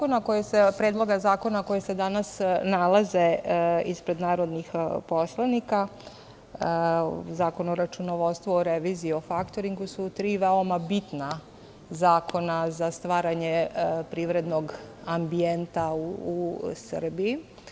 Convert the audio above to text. Ova tri predloga zakona koja se danas nalaze ispred poslanika, Zakon o računovodstvu, reviziji, faktoringu, su tri veoma bitna zakona za stvaranje privrednog ambijenta u Srbiji.